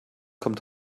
kommt